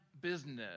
business